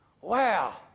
Wow